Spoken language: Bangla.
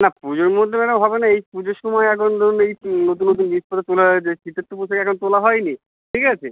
না পুজোর মধ্যে ম্যাডাম হবে না এই পুজোর সময় এখন ধরুন এই তো নতুন নতুন জিনিসপত্র তোলা হয়েছে শীতের তো পোশাক এখন তোলা হয় নি ঠিক আছে